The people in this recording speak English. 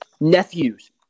nephews